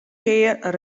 kear